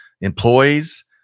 employees